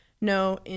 no